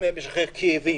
משככי כאבים.